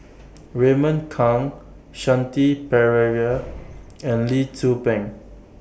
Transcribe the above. Raymond Kang Shanti Pereira and Lee Tzu Pheng